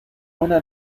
una